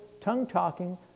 tongue-talking